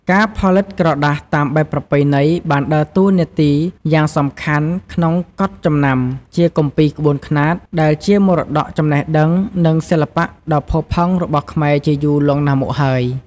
ការផលិតក្រដាសតាមបែបប្រពៃណីបានដើរតួនាទីយ៉ាងសំខាន់ក្នុងកត់ចំណាំជាគម្ពីរក្បួនខ្នាត ដែលជាមរតកចំណេះដឹង និងសិល្បៈដ៏ផូរផង់របស់ខ្មែជាយូរលង់ណាស់មកហើយ។